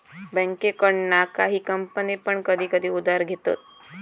बँकेकडना काही कंपने पण कधी कधी उधार घेतत